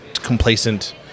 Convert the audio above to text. complacent